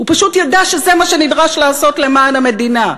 הוא פשוט ידע שזה מה שנדרש לעשות למען המדינה.